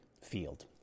field